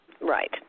Right